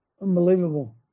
Unbelievable